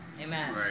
Amen